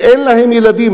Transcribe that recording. שאין להם ילדים,